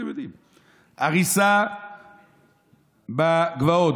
הריסה בגבעות.